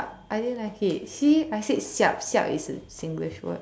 I didn't like it see I said siab siab is a Singlish word